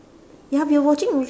ya we were watching movie